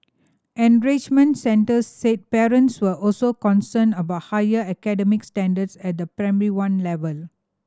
enrichment centres said parents were also concerned about higher academic standards at the Primary One level